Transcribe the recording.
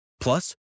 Plus